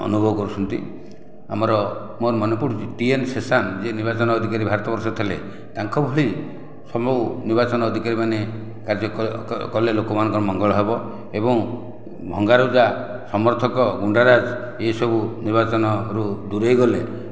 ଅନୁଭବ କରୁଛନ୍ତି ଆମର ମୋର ମନେ ପଡ଼ୁଛି ଟିଏନ୍ ସେଶାନ୍ ଯିଏ ନିର୍ବାଚନ ଅଧିକାରୀ ଭାରତ ବର୍ଷରେ ଥିଲେ ତାଙ୍କ ଭଳି ସବୁ ନିର୍ବାଚନ ଅଧିକାରୀମାନେ କାର୍ଯ୍ୟ କଲେ ଲୋକମାନଙ୍କର ମଙ୍ଗଳ ହେବ ଏବଂ ଭଙ୍ଗାରୁଜା ସମର୍ଥକ ଗୁଣ୍ଡାରାଜ ଏହିସବୁ ନିର୍ବାଚନରୁ ଦୂରେଇ ଗଲେ